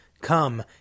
Come